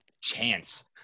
chance